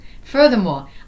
Furthermore